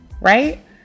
Right